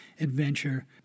adventure